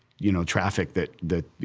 you know, traffic that, that.